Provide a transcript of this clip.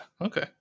Okay